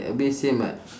a bit same but